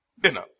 dinner